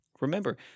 Remember